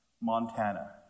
Montana